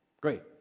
Great